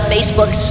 Facebook